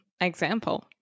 example